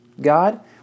God